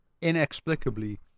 inexplicably